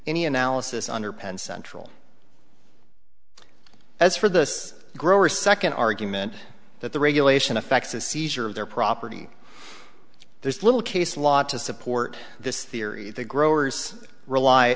any analysis under pence and as for this grower second argument that the regulation affects the seizure of their property there's little case law to support this theory the growers rely